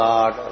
God